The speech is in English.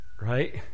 Right